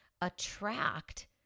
attract